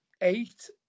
eight